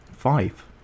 Five